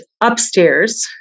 upstairs